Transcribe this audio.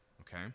okay